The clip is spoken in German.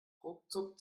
ruckzuck